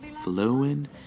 flowing